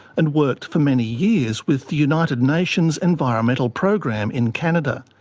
and worked for many years with the united nations environmental program in canada.